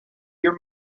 your